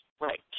Right